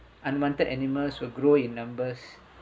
unwanted animals will grow in numbers